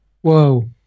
Whoa